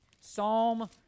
Psalm